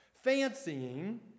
fancying